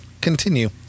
Continue